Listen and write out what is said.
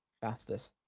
fastest